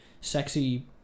sexy